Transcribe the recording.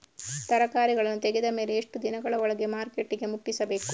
ತರಕಾರಿಗಳನ್ನು ತೆಗೆದ ಮೇಲೆ ಎಷ್ಟು ದಿನಗಳ ಒಳಗೆ ಮಾರ್ಕೆಟಿಗೆ ಮುಟ್ಟಿಸಬೇಕು?